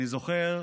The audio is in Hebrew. אני זוכר,